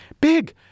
Big